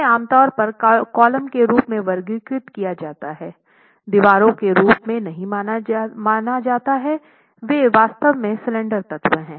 उन्हें आमतौर पर कॉलम के रूप में वर्गीकृत किया जाता है दीवारों के रूप में नहीं माना जाता है वे वास्तव में स्लेंडर तत्व हैं